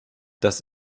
das